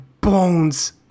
bones